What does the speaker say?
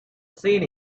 seen